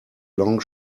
long